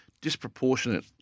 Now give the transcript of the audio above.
disproportionate